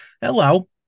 hello